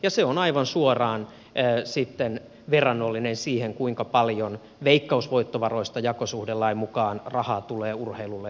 ja se on aivan suoraan sitten verrannollinen siihen kuinka paljon veikkausvoittovaroista jakosuhdelain mukaan rahaa tulee urheilulle ja kulttuurille